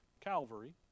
Calvary